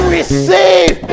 receive